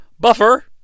Buffer